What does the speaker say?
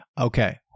Okay